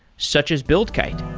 such as buildkite